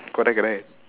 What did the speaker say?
correct correct